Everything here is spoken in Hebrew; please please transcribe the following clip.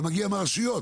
זה מגיע מהרשויות,